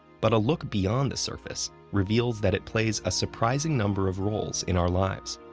but a look beyond the surface reveals that it plays a surprising number of roles in our lives.